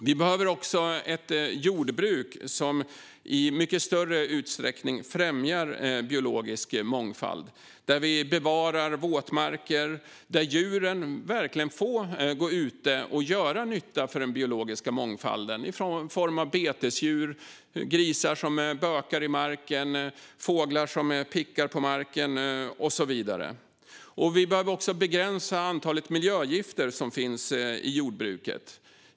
Vi behöver också ett jordbruk som i mycket större utsträckning främjar biologisk mångfald, där våtmarker bevaras och där djuren verkligen får gå ute och göra nytta för den biologiska mångfalden i form av betesdjur, grisar som bökar i marken, fåglar som pickar på marken och så vidare. Vi behöver också begränsa antalet miljögifter som finns i jordbruket.